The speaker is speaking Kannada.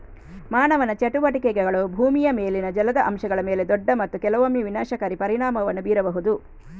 ಮಾನವ ಚಟುವಟಿಕೆಗಳು ಭೂಮಿಯ ಮೇಲಿನ ಜಲದ ಅಂಶಗಳ ಮೇಲೆ ದೊಡ್ಡ ಮತ್ತು ಕೆಲವೊಮ್ಮೆ ವಿನಾಶಕಾರಿ ಪರಿಣಾಮವನ್ನು ಬೀರಬಹುದು